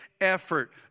effort